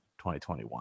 2021